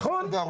נכון.